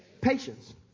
patience